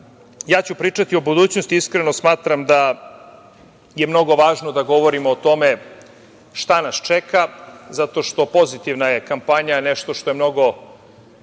radimo. Pričaću o budućnosti. Iskreno smatram da je mnogo važno da govorimo o tome šta nas čeka, zato što pozitivna je kampanja nešto što je mnogo